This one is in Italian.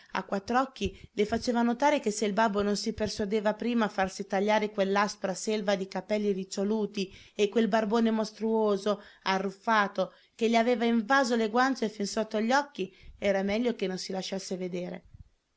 a quattr'occhi le faceva notare che se il babbo non si persuadeva prima a farsi tagliare quell'aspra selva di capelli riccioluti e quel barbone mostruoso arruffato che gli aveva invaso le guance fin sotto gli occhi era meglio che non si lasciasse vedere